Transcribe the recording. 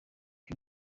byo